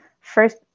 First